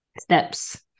Steps